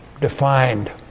defined